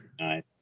Nice